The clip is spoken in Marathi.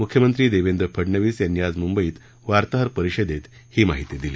मुख्यमंत्री देवेंद्र फडनवीस यांनी आज मुंबईत वार्ताहर परिषदेत ही माहिती दिली